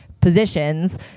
positions